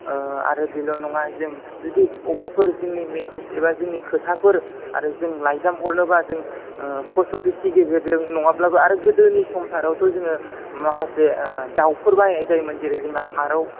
आरो बिल' नङा जों जुदि अबाबाफोर जुदि मेसेज एबा खोथाफोर आरो जों लाइजाम हरनोबा जों फस्थ' अ'फिसनि गेजेरजों नङाब्लाबो आरो गोदोनि सम थारावथ' जोङो माखासे दावफोर बायनाय जायोमोन जेरै जोंना फारौ